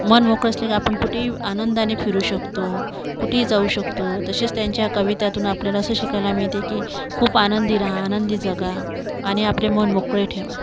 मन मोकळे असले की आपण कुठेही आनंदाने फिरू शकतो कुठेही जाऊ शकतो तसेच त्यांच्या कवितातून आपल्याला असं शिकायला मिळते की खूप आनंदी राहा आनंदी जगा आणि आपले मन मोकळे ठेवा